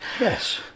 Yes